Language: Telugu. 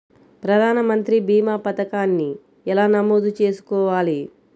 ప్రధాన మంత్రి భీమా పతకాన్ని ఎలా నమోదు చేసుకోవాలి?